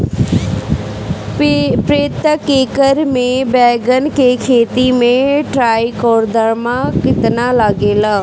प्रतेक एकर मे बैगन के खेती मे ट्राईकोद्रमा कितना लागेला?